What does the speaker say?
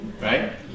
right